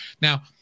Now